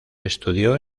estudió